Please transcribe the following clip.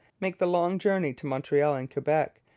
make the long journey to montreal and quebec,